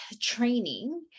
training